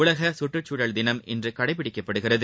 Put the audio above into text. உலக குற்றுச்சூழல் தினம் இன்று கடைபிடிக்கப்படுகிறது